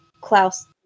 Klaus